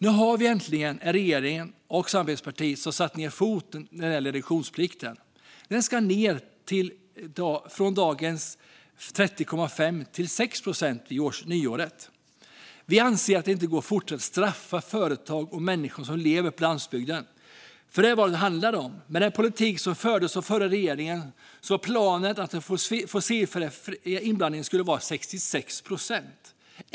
Nu har Sverige äntligen en regering och ett samarbetsparti som har satt ned foten när det gäller reduktionsplikten. Den ska ned från dagens 30,5 till 6 procent vid nyåret. Vi anser att det inte går att fortsätta straffa företag och människor som lever på landsbygden - för det är vad det handlar om. Med den politik som fördes av förra regeringen var planen att den fossilfria inblandningen skulle bli 66 procent.